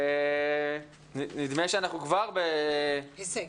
נדמה שאנחנו כבר --- בהישג.